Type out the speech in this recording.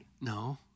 No